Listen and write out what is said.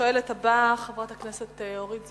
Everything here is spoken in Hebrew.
השואלת הבאה, חברת הכנסת אורית זוארץ,